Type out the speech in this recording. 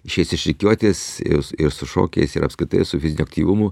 išėjęs iš rikiuotės ir su šokiais ir apskritai su fiziniu aktyvumu